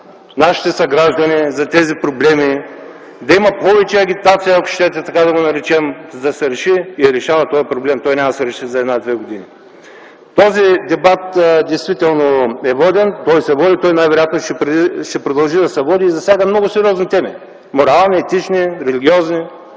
нашите съграждани за тези проблеми, да има повече агитация, ако щете, така да го наречем, за да се реши и да се решава този проблем. Той няма да се реши за една-две години. Този дебат действително е воден, той се води и той най-вероятно ще продължи да се води и засяга много сериозни теми – морални, етични, религиозни,